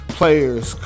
players